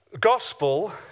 gospel